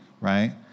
right